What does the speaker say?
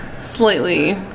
slightly